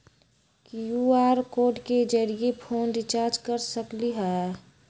QR code के जरिय phone recharge कर सकली ह?